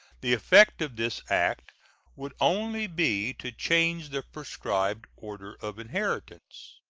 the effect of this act would only be to change the prescribed order of inheritance.